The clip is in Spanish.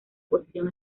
posición